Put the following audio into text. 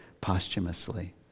posthumously